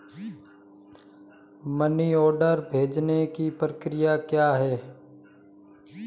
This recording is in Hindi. मनी ऑर्डर भेजने की प्रक्रिया क्या है?